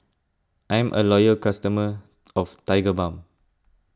I'm a loyal customer of Tigerbalm